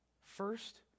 First